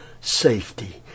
safety